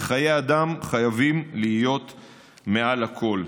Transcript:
וחיי אדם חייבים להיות מעל הכול.